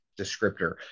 descriptor